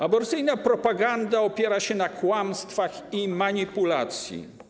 Aborcyjna propaganda opiera się na kłamstwach i manipulacji.